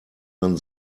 man